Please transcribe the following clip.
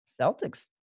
Celtics